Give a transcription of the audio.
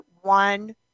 one